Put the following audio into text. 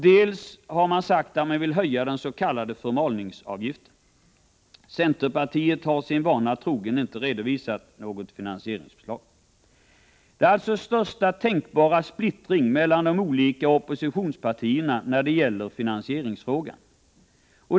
Vidare har man talat om att man vill höja den s.k. förmalningsavgiften. Centerpartiet har sin vana troget inte redovisat något finansieringsförslag. Det är alltså största tänkbara splittring mellan de olika oppositionspartierna när det gäller finansieringsfrågan.